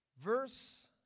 verse